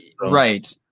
right